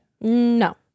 No